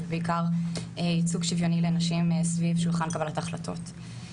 בעיקר ייצוג שוויוני לנשים סביב שולחן קבלת ההחלטות.